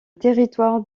territoire